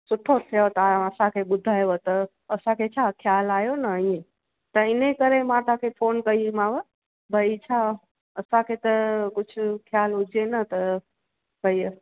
सुठो थियो तव्हांजो असांखे ॿुधायांव त असांखे छा ख़्यालु आहियो न ईअं त इन जे करे मां तव्हांखे फ़ोन कई हुई मांव भाई छा असांखे त कुझु ख़्यालु हुजे न त सही आहे